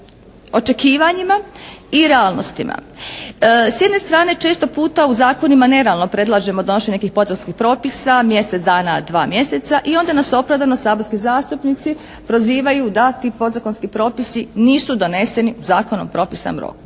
S jedne strane često puta u zakonima nerealno predlažemo donošenje nekih podzakonskih propisa, mjesec dana, dva mjeseca i onda nas opravdano saborski zastupnici prozivaju da ti podzakonski propisi nisu doneseni u zakonom propisanom roku.